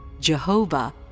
Jehovah